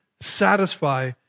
satisfy